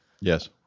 Yes